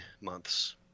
months